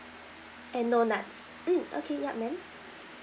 and no nuts um okay yup ma'am